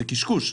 זה קשקוש.